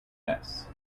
ness